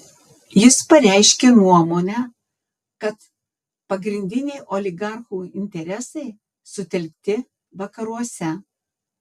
jis pareiškė nuomonę kad pagrindiniai oligarchų interesai sutelkti vakaruose